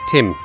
Tim